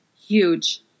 Huge